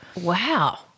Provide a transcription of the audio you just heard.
Wow